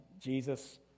Jesus